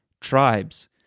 tribes